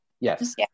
yes